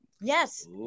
Yes